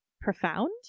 profound